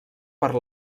per